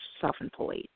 self-employed